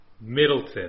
Middleton